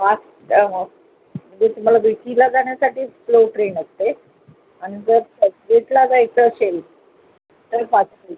fast म्हणजे तुम्हाला वि टीला जाण्यासाठी स्लो ट्रेन असते आणि जर चर्चगेटला जायचं असेल तर फास्ट ट्रेन